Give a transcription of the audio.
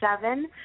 seven